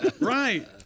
Right